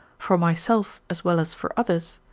for myself as well as for others?